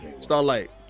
Starlight